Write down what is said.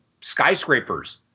skyscrapers